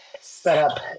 setup